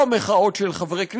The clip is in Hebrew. לא מחאות של חברי הכנסת,